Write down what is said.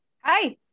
Hi